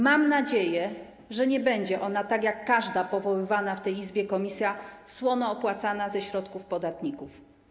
Mam nadzieję, że nie będzie ona, tak jak każda powoływana w tej Izbie komisja, słono opłacana ze środków podatników.